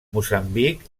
moçambic